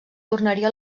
tornaria